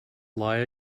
lie